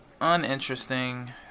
Uninteresting